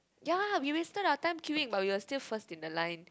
ya we wasted our time queueing but we were still first in the line